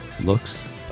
Looks